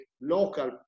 local